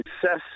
success –